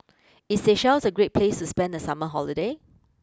is Seychelles a Great place to spend the summer holiday